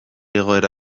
egoera